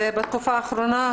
בתקופה האחרונה,